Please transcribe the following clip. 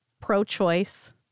pro-choice